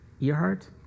Earhart